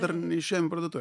dar neišėjom į parduotuvę